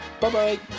bye-bye